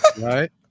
Right